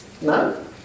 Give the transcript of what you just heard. No